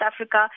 Africa